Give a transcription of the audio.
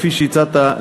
כפי שהצעת,